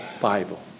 Bible